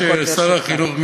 הצרה היא ששר החינוך,